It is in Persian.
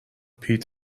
پیت